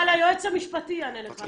אבל היועץ המשפטי יענה לך על זה.